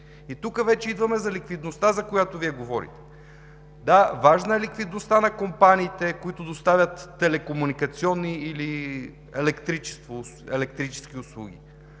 И тук вече идваме за ликвидността, за която Вие говорите. Да, важна е ликвидността на компаниите, които доставят телекомуникационни услуги или електричество,